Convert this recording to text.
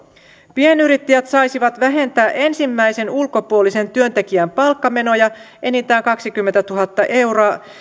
pienyrittäjät saisivat vähentää ensimmäisen ulkopuolisen työntekijän palkkamenoja enintään kaksikymmentätuhatta euroa